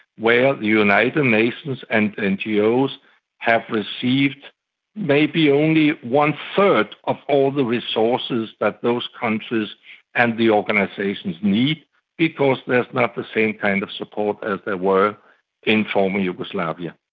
where the united nations and ngos have received maybe only one-third of all the resources that those countries and the organisations need because there's not the same kind of support as there were in former yugoslavia.